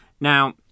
Now